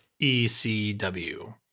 ECW